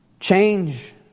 Change